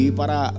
para